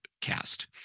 cast